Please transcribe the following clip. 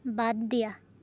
বাদ দিয়া